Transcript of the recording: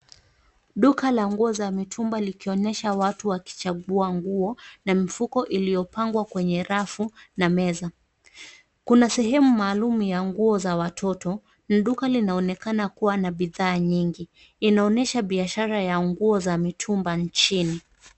Duka la nguo za mitumba likionyesha watu wakichagua nguo na mifuko iliyopanngwa kwenye rafu na meza. Kuna sehemu maalum ya nguo za watoto, ni duka linaonekana kuwa la bidhaa nyingi. Inaonyesha biashara ya nguo za mitumba nchini.